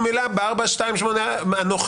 אני אומר